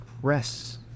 press